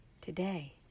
Today